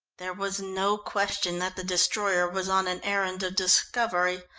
there was no question that the destroyer was on an errand of discovery.